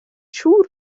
siŵr